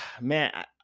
Man